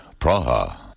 Praha